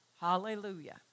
Hallelujah